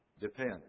depend